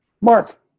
Mark